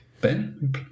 Ben